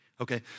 Okay